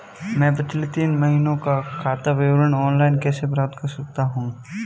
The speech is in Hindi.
मैं पिछले तीन महीनों का खाता विवरण ऑनलाइन कैसे प्राप्त कर सकता हूं?